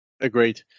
Agreed